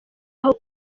aho